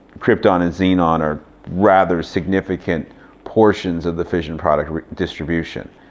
krypton and xenon are rather significant portions of the fission product distribution.